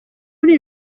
uri